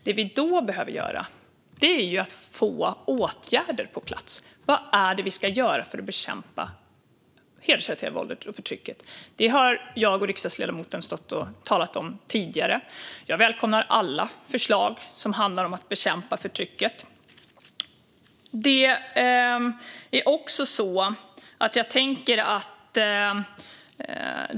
Det vi då behöver göra är att få åtgärder på plats när det gäller vad vi ska göra för att bekämpa hedersrelaterat våld och förtryck. Detta har jag och riksdagsledamoten stått och talat om tidigare. Jag välkomnar alla förslag som handlar om att bekämpa förtryck.